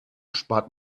spart